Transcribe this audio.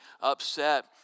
upset